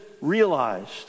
realized